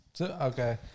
Okay